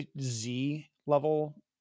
Z-level